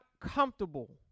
comfortable